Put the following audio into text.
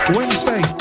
Wednesday